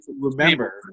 remember